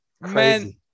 Man